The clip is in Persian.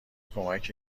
کمکی